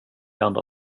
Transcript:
andra